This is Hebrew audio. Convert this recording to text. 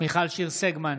מיכל שיר סגמן,